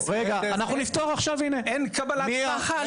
רגע, אנחנו נפתור עכשיו, הנה -- אין דרך לפנייה.